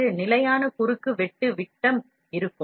இந்த விட்டம் மாறாமல் இருக்கும்